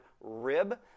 rib